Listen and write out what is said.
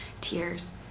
tears